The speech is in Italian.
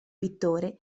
pittore